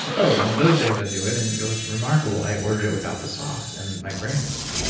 like oh, on those days i'd do it and it was remarkable. i ordered it without the sauce, and my brain worked.